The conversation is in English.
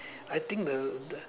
I think the